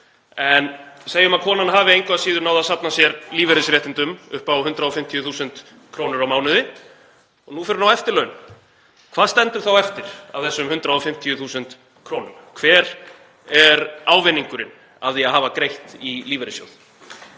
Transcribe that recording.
Segjum að konan hafi engu að síður náð að safna sér lífeyrisréttindum upp á 150.000 kr. á mánuði og nú fer hún á eftirlaun. Hvað stendur þá eftir af þessum 150.000 kr.? Hver er ávinningurinn af því að hafa greitt í lífeyrissjóð?